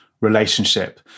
relationship